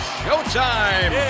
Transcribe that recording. showtime